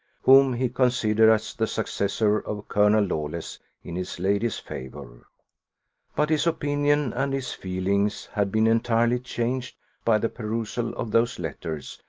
whom he considered as the successor of colonel lawless in his lady's favour but his opinion and his feelings had been entirely changed by the perusal of those letters,